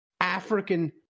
African